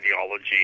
ideology